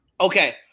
Okay